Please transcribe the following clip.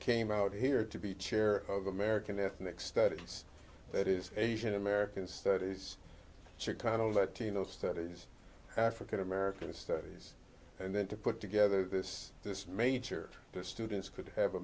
came out here to be chair of american ethnic studies that is asian american studies chicano latino studies african american studies and then to put together this this major the students could have a